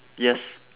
yes